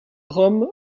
rome